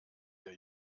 der